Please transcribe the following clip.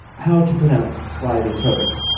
how to pronounce slithy toves.